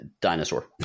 dinosaur